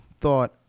Thought